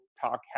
Talk